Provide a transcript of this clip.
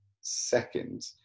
second